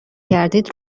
کردید